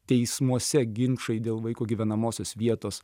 teismuose ginčai dėl vaiko gyvenamosios vietos